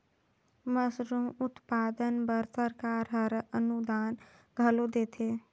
mushroom उत्पादन बर सरकार हर अनुदान घलो देथे